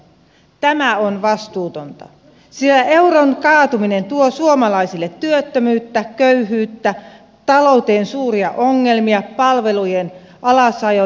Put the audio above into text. tämä on vastuutonta sillä euron kaatuminen tuo suomalaisille työttömyyttä köyhyyttä talouteen suuria ongelmia palvelujen alasajoja